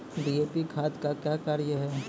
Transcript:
DAP खाद का क्या कार्य हैं?